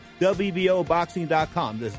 WBOboxing.com